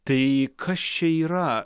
tai kas čia yra